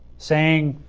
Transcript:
saying